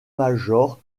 major